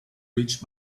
reached